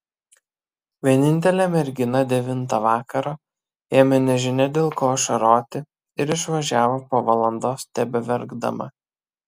vienintelė mergina devintą vakaro ėmė nežinia dėl ko ašaroti ir išvažiavo po valandos tebeverkdama